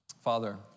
Father